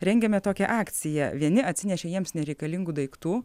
rengiame tokią akciją vieni atsinešė jiems nereikalingų daiktų